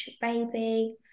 baby